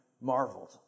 marveled